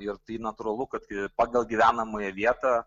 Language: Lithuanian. ir tai natūralu kad pagal gyvenamąją vietą